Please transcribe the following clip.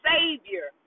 Savior